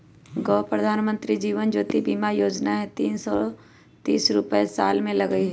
गो प्रधानमंत्री जीवन ज्योति बीमा योजना है तीन सौ तीस रुपए साल में लगहई?